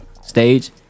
stage